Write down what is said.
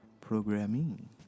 programming